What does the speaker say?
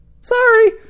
Sorry